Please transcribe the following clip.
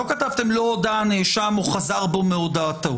לא כתבתם לא הודה הנאשם או חזר בו מהודאתו